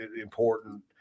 important